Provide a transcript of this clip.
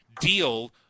deal